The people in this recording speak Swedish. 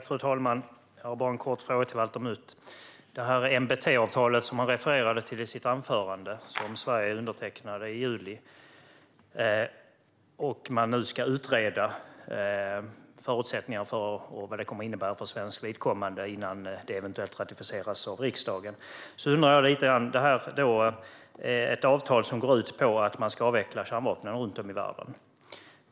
Fru talman! Jag har bara en kort fråga till Valter Mutt. NBT-avtalet, som Valter Mutt refererade till i sitt anförande, undertecknades av Sverige i juli. Man ska nu utreda förutsättningarna för detta avtal och vad det kommer att innebära för svenskt vidkommande innan det eventuellt ratificeras av riksdagen. Detta är ett avtal som går ut på att man ska avveckla kärnvapnen runt om i världen.